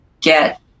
get